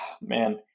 man